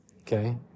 okay